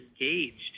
engaged